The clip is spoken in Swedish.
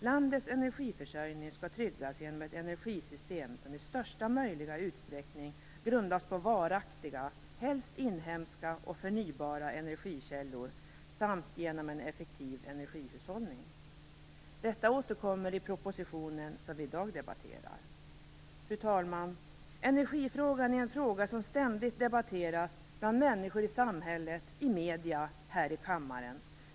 Landets energiförsörjning skall tryggas genom ett energisystem som i största möjliga utsträckning grundas på varaktiga, helst inhemska och förnybara, energikällor samt genom en effektiv energihushållning. Detta återkommer i den proposition som vi i dag debatterar. Fru talman! Energifrågan är en fråga som ständigt debatteras bland människor i samhället, i medier och här i kammaren.